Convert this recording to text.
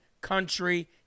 country